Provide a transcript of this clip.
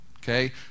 Okay